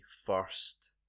first